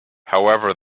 however